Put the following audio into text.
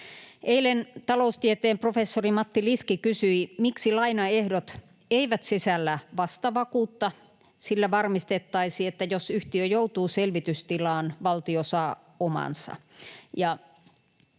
Eilen taloustieteen professori Matti Liski kysyi, miksi lainaehdot eivät sisällä vastavakuutta — sillä varmistettaisiin, että jos yhtiö joutuu selvitystilaan, valtio saa omansa